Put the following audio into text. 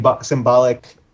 symbolic